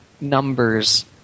numbers